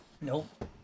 Nope